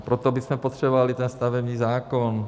Proto bychom potřebovali ten stavební zákon.